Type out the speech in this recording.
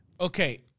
Okay